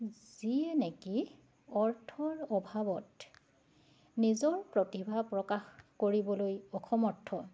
যিয়ে নেকি অৰ্থৰ অভাৱত নিজৰ প্ৰতিভা প্ৰকাশ কৰিবলৈ অসমৰ্থ